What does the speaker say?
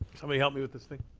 somebody help me with this thing.